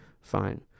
fine